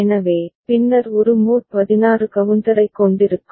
எனவே பின்னர் ஒரு மோட் 16 கவுண்டரைக் கொண்டிருக்கும்